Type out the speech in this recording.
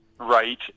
right